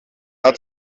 hat